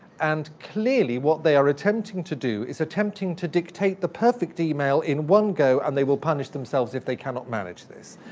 and clearly, what they are attempting to do is attempting to dictate the perfect email in one go and they will punish themselves if they cannot manage this.